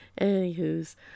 Anywho's